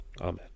Amen